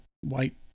white